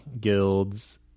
guilds